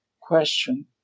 question